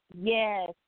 Yes